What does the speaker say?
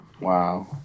Wow